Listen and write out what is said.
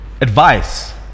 advice